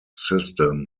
system